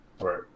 Right